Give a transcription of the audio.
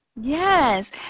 Yes